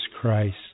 Christ